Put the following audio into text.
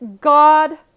God